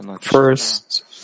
first